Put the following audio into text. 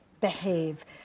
behave